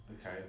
Okay